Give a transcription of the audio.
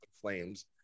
flames